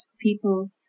people